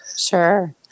Sure